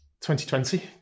2020